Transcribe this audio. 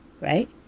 right